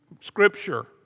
scripture